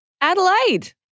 Adelaide